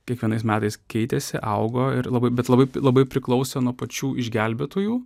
kiekvienais metais keitėsi augo ir labai bet labai labai priklausė nuo pačių išgelbėtųjų